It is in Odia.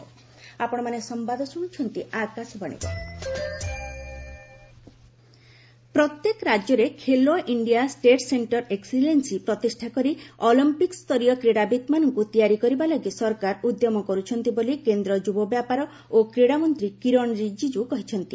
ଆତ୍ମନିଭର ଭାରତ ରିଜିଜୁ ପ୍ରତ୍ୟେକ ରାଜ୍ୟରେ ଖେଲୋ ଇଣ୍ଡିଆ ଷ୍ଟେଟ୍ ସେଣ୍ଟର ଏକ୍ନିଲେନ୍ନି ପ୍ରତିଷ୍ଠା କରି ଅଲମ୍ପିକ୍ସସରୀୟ କ୍ରୀଡ଼ାବିତ୍ଙ୍କୁ ତିଆରି କରିବା ଲାଗି ସରକାର ଉଦ୍ୟମ କରୁଛନ୍ତି ବୋଲି କେନ୍ଦ୍ର ଯୁବବ୍ୟାପାର ଓ କ୍ରୀଡ଼ାମନ୍ତ୍ରୀ କିରଣ ରିଜିଚ୍ଚୁ କହିଛନ୍ତି